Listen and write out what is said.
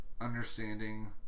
understanding